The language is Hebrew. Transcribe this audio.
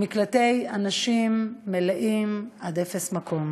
ומקלטי הנשים מלאים עד אפס מקום.